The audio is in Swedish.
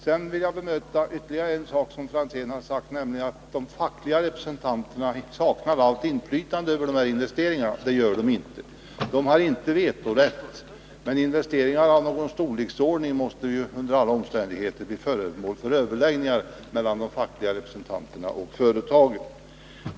Sedan vill jag bemöta ytterligare en sak som herr Franzén har sagt, nämligen att de fackliga representanterna saknar allt inflytande över de här investeringarna. Det gör de inte. De har inte vetorätt, men investeringar av nämnvärd storleksordning måste under alla omständigheter bli föremål för överläggningar mellan de fackliga representanterna och företaget i fråga.